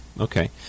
Okay